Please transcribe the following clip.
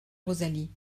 rosalie